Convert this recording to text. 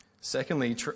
Secondly